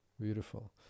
beautiful